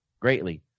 greatly